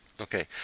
Okay